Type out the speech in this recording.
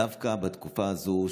דווקא בתקופה הזאת,